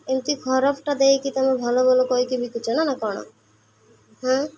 ଏମିତି ଖରାପଟା ଦେଇକି ତୁମେ ଭଲ ଭଲ କହିକି ବିକୁଛ ନା ନା କ'ଣ ହଁ